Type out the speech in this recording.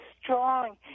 strong